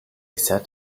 set